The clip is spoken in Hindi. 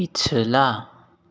पिछला